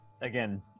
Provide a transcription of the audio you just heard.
again